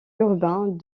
urbains